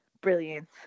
brilliant